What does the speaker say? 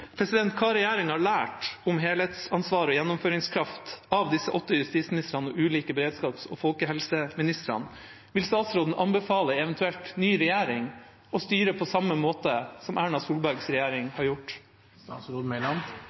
Hva har regjeringa lært om helhetsansvar og gjennomføringskraft av disse åtte justisministrene og ulike beredskaps- og folkehelseministre? Vil statsråden anbefale en eventuell ny regjering å styre på samme måte som Erna Solbergs regjering har gjort?